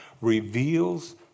reveals